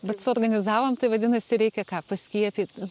bet suorganizavom tai vadinasi reikia ką paskiepyti